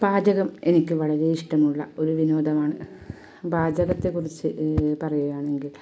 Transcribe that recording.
പാചകം എനിക്ക് വളരെ ഇഷ്ടമുള്ള ഒരു വിനോദമാണ് പാചകത്തെക്കുറിച്ച് പറയുകയാണെങ്കിൽ